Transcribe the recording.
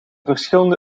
verschillende